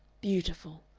beautiful.